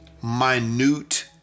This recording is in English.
minute